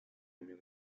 combien